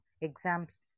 exams